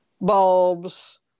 bulbs